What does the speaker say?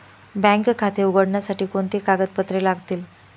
Bank खाते उघडण्यासाठी कोणती कागदपत्रे लागतील?